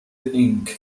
inc